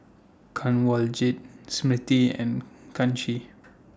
Kanwaljit Smriti and Kanshi